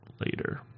later